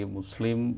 Muslim